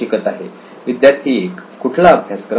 विद्यार्थी 1 कुठला अभ्यासक्रम